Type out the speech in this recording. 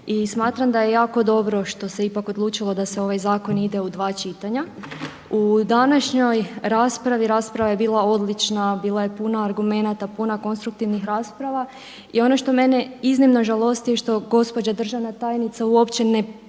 I smatram da je jako dobro što se ipak odlučilo da se ovaj zakon ide u dva čitanja. U današnjoj raspravi rasprava je bila odlična, bila je puna argumenata, puna konstruktivnih rasprava i ono što mene iznimno žalosti je što gospođa državna tajnica uopće ne bilježi